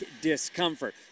discomfort